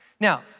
Now